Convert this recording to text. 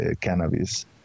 cannabis